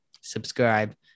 subscribe